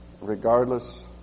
regardless